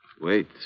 Wait